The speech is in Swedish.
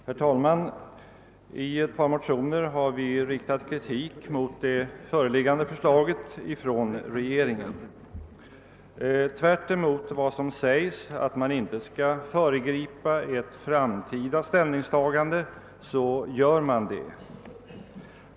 Herr talman! I ett par motioner har vi riktat kritik mot det föreliggande förslaget från regeringen. Tvärtemot vad som sägs om att man inte skall föregripa ett framtida ställningstagande, så gör regeringen det.